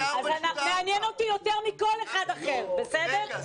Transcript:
מעניין אותי יותר מכל אחד אחר, בסדר?